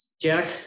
Jack